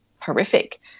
horrific